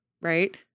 Right